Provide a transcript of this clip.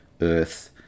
earth